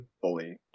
fully